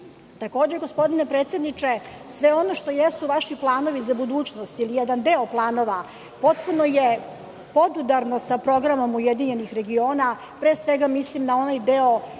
gospodine predsedniče sve ono što jesu vaši planovi za budućnost, ili jedan deo planova potpuno je podudarno sa programom URS, pre svega mislim na onaj deo